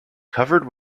covered